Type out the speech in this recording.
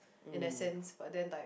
in a sense but then like